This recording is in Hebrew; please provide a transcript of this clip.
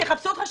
שיחפשו אותך.